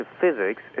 physics